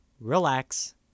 relax